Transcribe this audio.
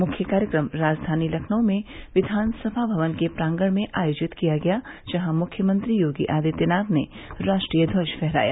मुख्य कार्यक्रम राजधानी लखनऊ में विधानसभा भवन के प्रांगण में आयोजित किया गया जहां मुख्यमंत्री योगी आदित्यनाथ ने राष्ट्रीय ध्वज फहराया